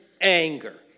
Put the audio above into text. anger